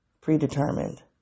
Predetermined